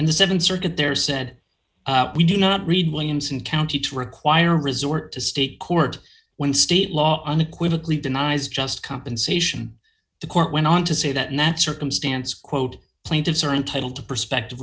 and the th circuit there said we do not read williamson county to require a resort to state court when state law unequivocally denies just compensation the court went on to say that in that circumstance quote plaintiffs are entitled to perspective